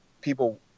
people